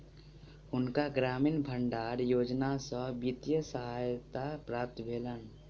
हुनका ग्रामीण भण्डारण योजना सॅ वित्तीय सहायता प्राप्त भेलैन